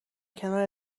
کنار